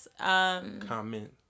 comment